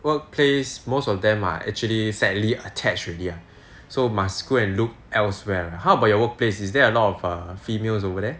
workplace most of them are actually sadly attached already ah so must go and look elsewhere how about your workplace is there a lot of females over there